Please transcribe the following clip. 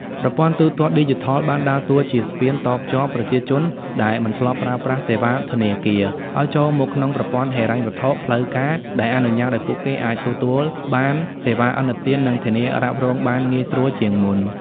ប្រព័ន្ធទូទាត់ឌីជីថលបានដើរតួជាស្ពានតភ្ជាប់ប្រជាជនដែលមិនធ្លាប់ប្រើប្រាស់សេវាធនាគារ ឱ្យចូលមកក្នុងប្រព័ន្ធហិរញ្ញវត្ថុផ្លូវការ ដែលអនុញ្ញាតឱ្យពួកគេអាចទទួលបានសេវាកម្មឥណទាន និងធានារ៉ាប់រងបានងាយស្រួលជាងមុន។